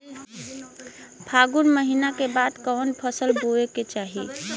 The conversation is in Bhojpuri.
फागुन महीना के बाद कवन फसल बोए के चाही?